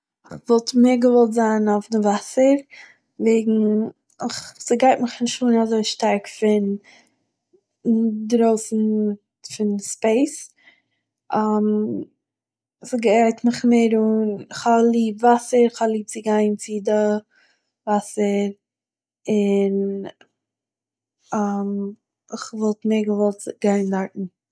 כ'וואלט מער געוואלט זיין אויף די וואסער וועגן איך- ס'גייט מיך נישט אן אזוי שטארק פון דרויסן פון ספעיס, ס'גייט מיך מער אן כ'האב ליב וואסער כ'האב ליב צו גיין צו דער וואסער און כ'וואלט מער געוואלט זיין- גיין דארטן